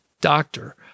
doctor